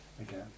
Again